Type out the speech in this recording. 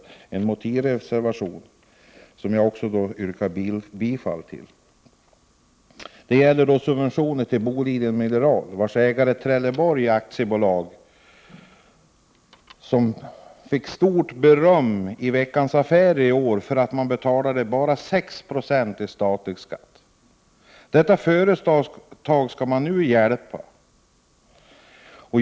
Det är en motivreservation, som jag yrkar bifall till. Den gäller subventioner till Boliden Mineral. Boliden Minerals ägare, Trelleborg AB, fick stort beröm i Veckans Affärer i år för att man bara betalade 6 90 i statlig skatt. Detta företag skall man nu hjälpa.